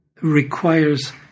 requires